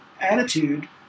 attitude